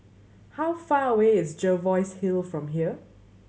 how far away is Jervois Hill from here